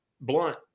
blunt